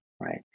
right